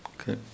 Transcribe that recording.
Okay